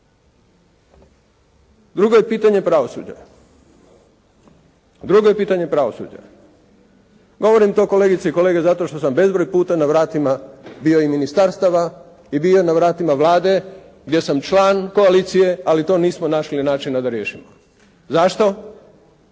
populacije u ovoj državi. Drugo je pitanje pravosuđa. Govorim to kolegice i kolege zato što sam bezbroj puta na vratima bio i ministarstava i bi ona vratima Vlade gdje sam član koalicije, ali to nismo našli načina da riješimo. Zašto?